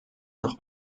noch